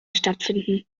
stattfinden